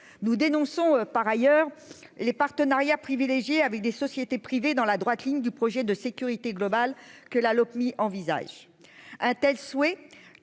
nous dénonçons par ailleurs les partenariats privilégiés avec des sociétés privées, dans la droite ligne du projet de sécurité globale que La Lopmi envisage